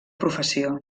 professió